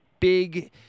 Big